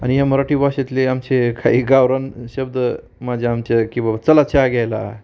आणि या मराठी भाषेतले आमचे काही गावरान शब्द म्हणजे आमच्या की बबा चला चहा घ्यायला